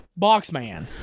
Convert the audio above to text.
Boxman